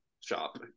shop